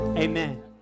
Amen